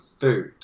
food